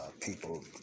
people